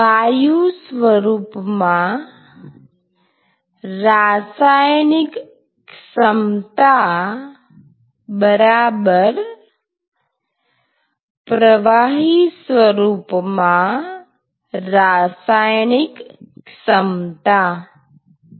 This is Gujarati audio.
વાયુ સ્વરૂપમાં રાસાયણિક ક્ષમતા બરાબર પ્રવાહી સ્વરૂપમાં રાસાયણિક ક્ષમતા અથવા ઘન સ્વરૂપ